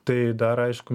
tai dar aišku